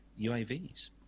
UAVs